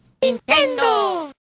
Nintendo